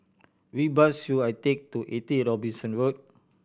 which bus should I take to Eighty Robinson Road